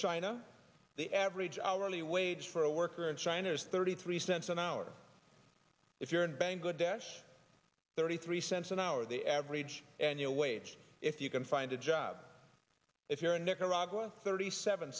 china the average hourly wage for a worker and shiners thirty three cents an hour if you're in bangladesh thirty three cents an hour the average annual wage if you can find a job if you're in nicaragua thirty seven